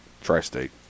Tri-State